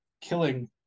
killing